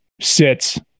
sits